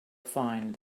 find